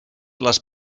les